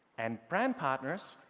and brands partners,